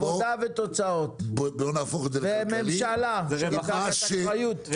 עבודה, ותוצאות וממשלה לקחת אחריות.